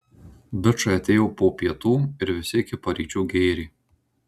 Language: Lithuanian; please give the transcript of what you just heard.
bičai atėjo po pietų ir visi iki paryčių gėrė